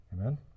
Amen